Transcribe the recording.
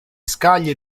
scaglie